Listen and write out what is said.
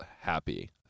happy